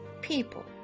people